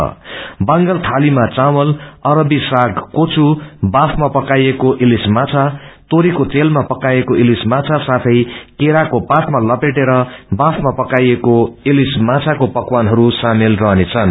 बंगला चालीमा चावल अरबी साग कोचु वाफमा पकाइएको इलिस माछा तोरीको तेलमा पकाइएको इलिस माछ साथै केराको पातमा लपेटेर बुमा पकाइएको इलिस माछको पकवानहरू सामेल रहनेछन्